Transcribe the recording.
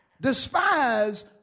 Despise